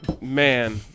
Man